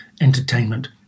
entertainment